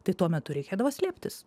tai tuo metu reikėdavo slėptis